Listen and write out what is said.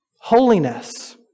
Holiness